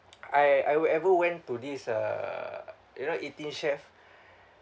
I I will ever went to this uh you know Eighteen Chefs